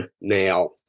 now